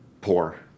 Poor